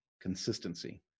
consistency